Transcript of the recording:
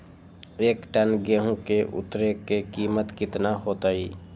एक टन गेंहू के उतरे के कीमत कितना होतई?